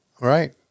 right